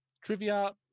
trivia